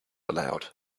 aloud